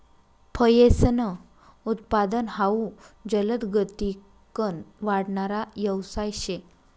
फयेसनं उत्पादन हाउ जलदगतीकन वाढणारा यवसाय शे